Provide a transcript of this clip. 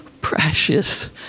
precious